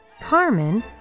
Carmen